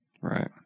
Right